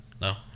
no